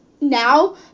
now